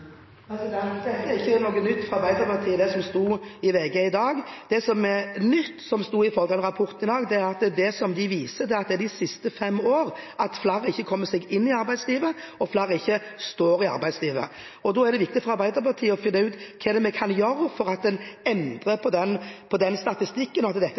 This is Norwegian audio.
er ikke noe nytt for Arbeiderpartiet, det som sto i VG i dag. Det som er nytt, som rapporten viser, er at det er de siste fem årene flere ikke kommer seg inn i arbeidslivet, og at flere ikke står i arbeidslivet. Da er det viktig for Arbeiderpartiet å finne ut hva vi kan gjøre for å endre på den statistikken at dette